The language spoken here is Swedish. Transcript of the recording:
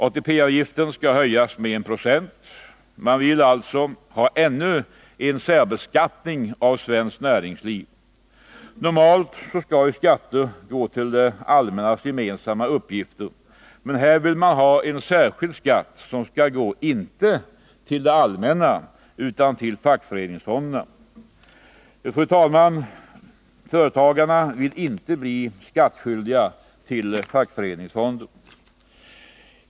ATP-avgiften skall höjas med 1 26. Man vill alltså ha ännu en särbeskattning av svenskt näringsliv. Normalt skall ju skatter gå till det allmännas gemensamma uppgifter, men här vill man ha en särskild skatt som skall gå inte till det allmänna utan till fackföreningsfonderna. Företagarna vill inte bli skattskyldiga till fackföreningsfonder.